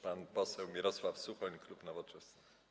Pan poseł Mirosław Suchoń, klub Nowoczesna.